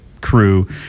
crew